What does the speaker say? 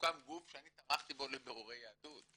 הוקם גוף שאני תמכתי בו לבירורי יהדות.